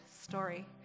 story